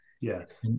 Yes